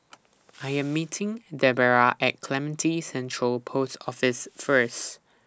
I Am meeting Debera At Clementi Central Post Office First